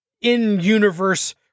in-universe